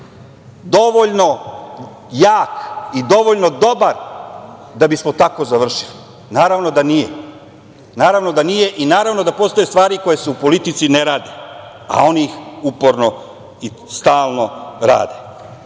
dovoljno jak i dovoljno dobar da bismo tako završili, naravno da nije i naravno da postoje stvari koje se u politici ne rade, a oni ih uporno i stalno rade.U